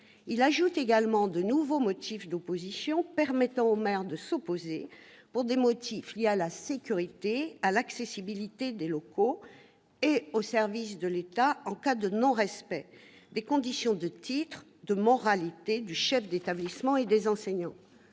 en ajoute également de nouveaux, permettant au maire de s'opposer pour des motifs liés à la sécurité et à l'accessibilité des locaux, et, aux services de l'État, en cas de non-respect des conditions de titres et de moralité du chef d'établissement et des enseignants.